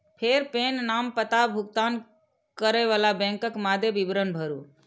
फेर पेन, नाम, पता, भुगतान करै बला बैंकक मादे विवरण भरू